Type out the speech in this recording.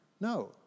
No